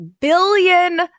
billion